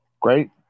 Great